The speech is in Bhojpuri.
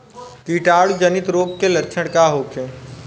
कीटाणु जनित रोग के लक्षण का होखे?